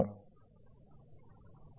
Thank you very much